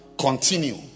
Continue